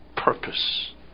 purpose